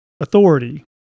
authority